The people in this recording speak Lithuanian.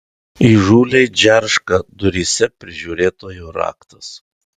įžūliai džerška duryse prižiūrėtojo raktas